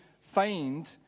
find